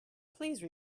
please